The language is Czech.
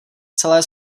celé